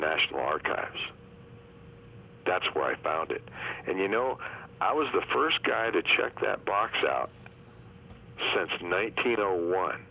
national archives that's why i found it and you know i was the first guy to check that box out since nineteen zero one